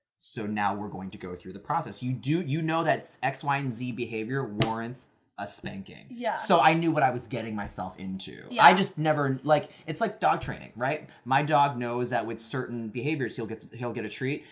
so, now we're going to go through the process. you do, you know that x, y, and z behavior warrants a spanking. yeah. so, i knew what i was getting myself into. yeah. i just never like it's like dog training. my dog knows that, with certain behaviors, he'll get he'll get a treat.